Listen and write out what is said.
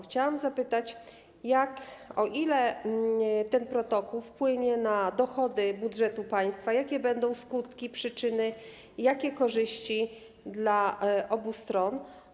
Chciałam zapytać, o ile ten protokół wpłynie na dochody budżetu państwa, jakie będą skutki, przyczyny, jakie korzyści dla obu stron.